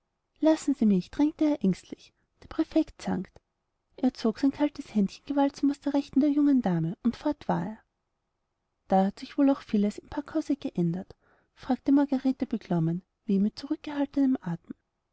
lassen sie mich drängte er ängstlich der präfekt zankt er zog sein kaltes händchen gewaltsam aus der rechten der jungen dame und fort war er da hat sich wohl auch vieles im packhause geändert fragte margarete beklommen wie mit zurückgehaltenem atem